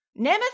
Nemeth